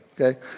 okay